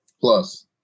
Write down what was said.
plus